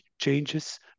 changes